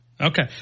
Okay